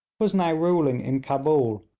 was now ruling in cabul,